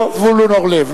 זבולון אורלב,